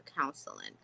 counseling